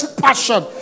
passion